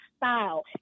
style